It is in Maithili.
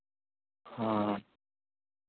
हँ